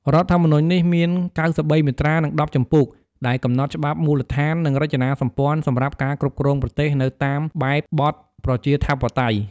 រដ្ឋធម្មនុញ្ញនេះ មាន ៩៣ មាត្រា និង ១០ ជំពូក ដែលកំណត់ច្បាប់មូលដ្ឋាន និងរចនាសម្ព័ន្ធសម្រាប់ការគ្រប់គ្រងប្រទេសនៅតាមបែបបទប្រជាធិបតេយ្យ។